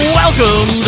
welcome